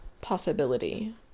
possibility